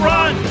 Run